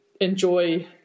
enjoy